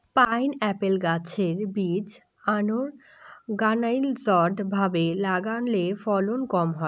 pineapple গাছের বীজ unorganised ভাবে লাগালে ফলন কম হয়